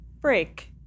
break